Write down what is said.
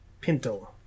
Pinto